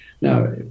Now